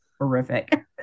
Horrific